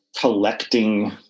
collecting